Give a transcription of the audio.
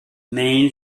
main